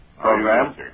Program